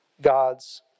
God's